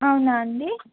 అవునా అండి